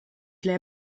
для